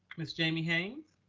ms. jamie haynes.